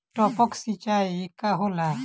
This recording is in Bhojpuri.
टपक सिंचाई का होला?